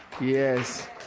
yes